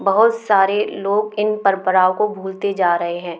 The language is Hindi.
बहुत सारे लोग इन परंपराओं को भूलते जा रहे हैं